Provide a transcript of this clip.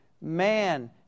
man